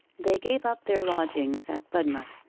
they gave up their lodgings at budmouth,